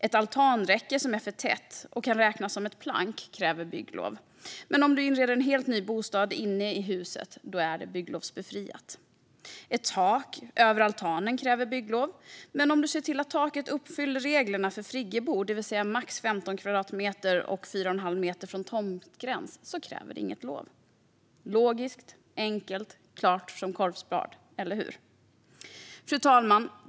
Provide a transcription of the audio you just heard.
Ett altanräcke som är för tätt och kan räknas som plank kräver bygglov, men om du inreder en helt ny bostad inne i huset är det bygglovsbefriat. Ett tak över altanen kräver bygglov, men om du ser till att taket uppfyller reglerna för friggebod, det vill säga max 15 kvadratmeter och 4 1⁄2 meter från tomtgräns krävs inget lov. Logiskt, enkelt och klart som korvspad - eller hur? Fru talman!